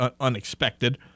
unexpected